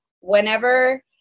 Whenever